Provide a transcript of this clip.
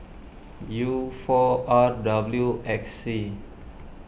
U four R W X C